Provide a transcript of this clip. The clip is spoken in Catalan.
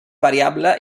variable